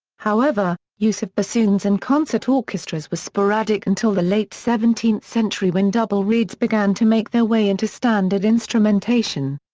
however, use of bassoons in and concert orchestras was sporadic until the late seventeenth century when double reeds began to make their way into standard instrumentation.